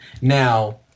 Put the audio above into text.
now